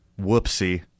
Whoopsie